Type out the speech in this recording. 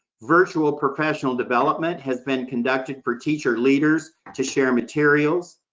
virtual professional development has been conducted for teacher leaders to share materials,